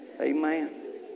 Amen